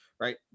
right